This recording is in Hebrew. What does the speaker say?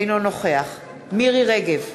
אינו נוכח מירי רגב,